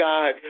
God